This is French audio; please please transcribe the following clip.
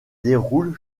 déroule